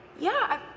yeah, i